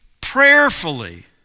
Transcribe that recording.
prayerfully